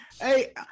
Hey